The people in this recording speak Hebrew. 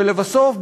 ולבסוף,